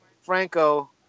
franco